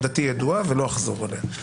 עמדתי ידועה ולא אחזור עליה.